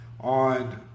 on